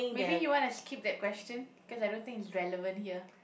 maybe you want to skip that question cause I don't think it's relevant here